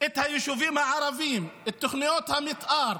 את היישובים הערביים, את תוכניות המתאר,